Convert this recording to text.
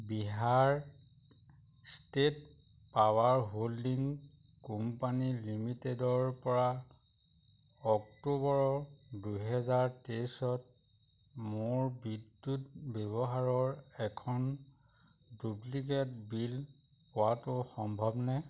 Bihar state power holding company লিমিটেডৰপৰা October দুহেজাৰ তেইছত মোৰ বিদ্যুৎ ব্যৱহাৰৰ এখন ডুপ্লিকেট বিল পোৱাটো সম্ভৱনে